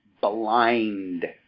blind